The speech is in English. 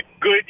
good